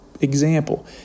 example